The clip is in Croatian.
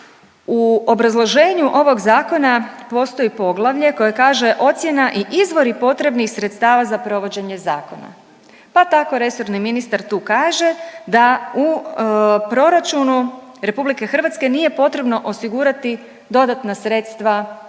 U obrazloženju ovog zakona postoji poglavlje koje kaže ocjena i izvori potrebnih sredstava za provođenje zakona, pa tako resorni ministar tu kaže da u proračunu RH nije potrebno osigurati dodatna sredstva za